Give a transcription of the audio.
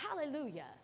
Hallelujah